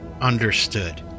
understood